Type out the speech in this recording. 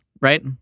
right